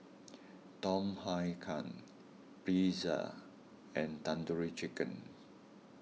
Tom Kha Gai Pretzel and Tandoori Chicken